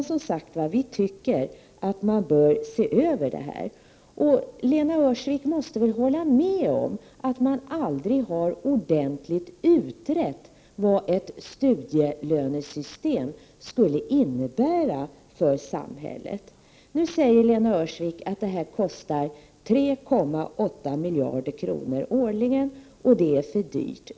Vi anser att man behöver se över detta. Lena Öhrsvik måste väl hålla med om att man aldrig ordentligt har utrett frågan om vad ett studielönesystem skulle innebära för samhället. Lena Öhrsvik säger nu att detta system skulle kosta 3,8 miljarder kronor årligen och att det är för dyrt.